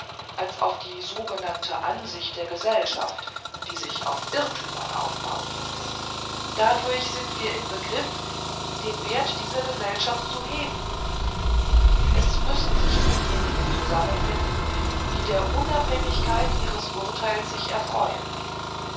als auf die sogenannte ansicht der gesellschaft die sich auf irrtümern aufbaut dadurch sind wir im begriff den wert dieser gesellschaft zu heben es müssen sich diejenigen zusammenfinden die der unabhängigkeit ihres urteils sich freuen